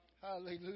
Hallelujah